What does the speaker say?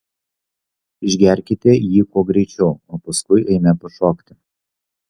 išgerkite jį kuo greičiau o paskui eime pašokti